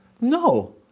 No